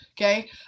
Okay